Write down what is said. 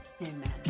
Amen